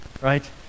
right